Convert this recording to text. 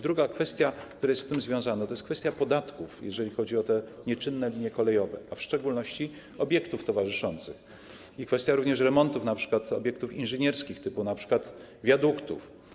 Druga kwestia, która jest z tym związana, to jest kwestia podatków, jeżeli chodzi o te nieczynne linie kolejowe, a w szczególności obiektów towarzyszących, jak również kwestia remontów, np. obiektów inżynierskich, np. wiaduktów.